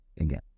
again